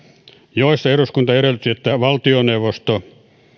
joissa eduskunta edellytti että valtioneuvosto